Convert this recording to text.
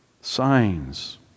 Signs